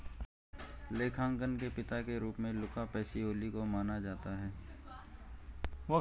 लेखांकन के पिता के रूप में लुका पैसिओली को माना जाता है